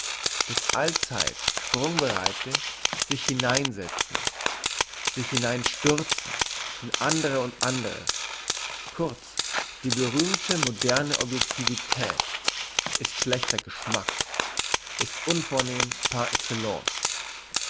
das allzeit sprungbereite sich hinein setzen sich hinein stürzen in andere und anderes kurz die berühmte moderne objektivität ist schlechter geschmack ist unvornehm par excellence